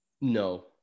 No